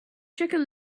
chicken